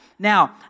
Now